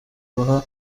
baha